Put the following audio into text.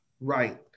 Right